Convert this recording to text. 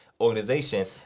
organization